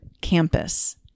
campus